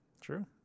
True